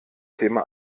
thema